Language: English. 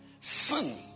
sin